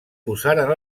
posaren